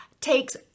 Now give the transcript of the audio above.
takes